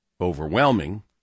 overwhelming